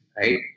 right